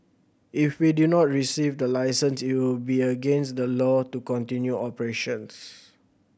if we do not receive the license it will be against the law to continue operations